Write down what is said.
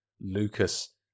Lucas